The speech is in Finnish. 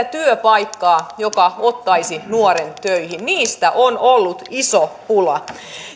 työpaikkaa joka ottaisi nuoren töihin niistä on ollut iso pula